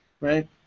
right